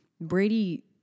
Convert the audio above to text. Brady